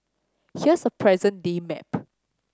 here's a present day map